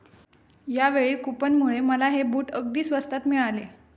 यावेळी कूपनमुळे मला हे बूट अगदी स्वस्तात मिळाले